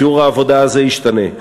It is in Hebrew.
שיעור העבודה הזה ישתנה.